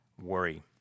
worry